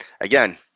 Again